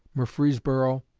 murfreesboro,